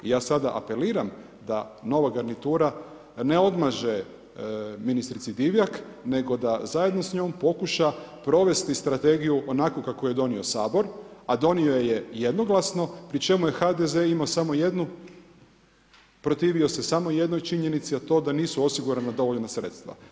Ja sada apeliram da nova garnitura ne odmaže ministrici Divjak nego da zajedno s njom pokuša provesti strategiju onako kako je donio Sabor, a donio je jednoglasno pri čemu je HDZ imao samo jednu, protivio se samo jednoj činjenici, a to da nisu osigurana dovoljna sredstva.